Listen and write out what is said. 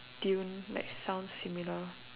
tune like sounds similar